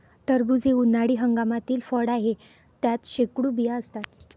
टरबूज हे उन्हाळी हंगामातील फळ आहे, त्यात शेकडो बिया असतात